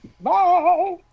Bye